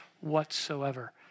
whatsoever